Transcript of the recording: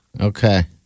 Okay